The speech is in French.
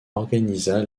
organisa